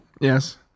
Yes